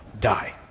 die